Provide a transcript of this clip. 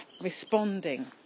responding